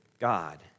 God